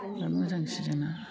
बिराद मोजांसो जोंना